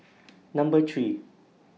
Number three